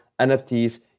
NFTs